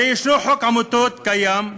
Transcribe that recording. הרי יש חוק עמותות קיים,